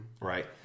right